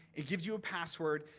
it gives you a password.